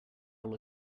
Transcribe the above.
all